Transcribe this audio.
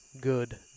good